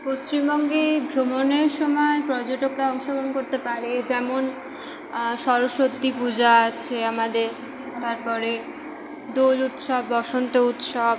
পশ্চিমবঙ্গে ভ্রমণের সময় পর্যটকরা অংশগ্রহণ করতে পারে যেমন সরস্বতী পূজা আছে আমাদের তারপরে দোল উৎসব বসন্ত উৎসব